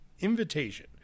invitation